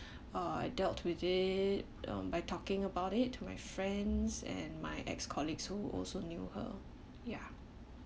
uh I dealt with it um by talking about it to my friends and my ex colleagues who also knew her ya